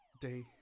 day